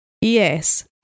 Yes